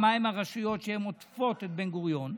לגבי מי הרשויות שעוטפות את בן-גוריון,